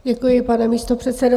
Děkuji, pane místopředsedo.